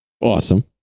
Awesome